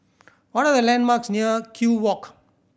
what are the landmarks near Kew Walk